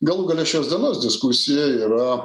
galų gale šios dienos diskusija yra